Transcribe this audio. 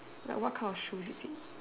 like what kind of shoes is it